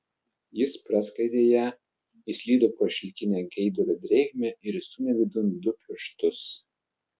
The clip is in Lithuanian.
jis praskleidė ją įslydo pro šilkinę geidulio drėgmę ir įstūmė vidun du pirštus